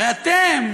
הרי אתם,